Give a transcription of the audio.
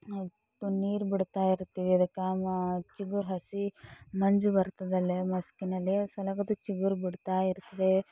ನಾವು ನೀರು ಬಿಡುತ್ತಾ ಇರುತ್ತೇವೆ ಅದಕ್ಕೆ ಚಿಗುರು ಹಸಿ ಮಂಜು ಬರ್ತದಲ್ಲಿ ಮಸ್ಕಿನಲ್ಲಿ ಸಲಗದಕ್ಕೆ ಚಿಗುರು ಬಿಡ್ತಾಯಿರ್ತದೆ